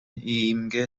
иимге